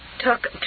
took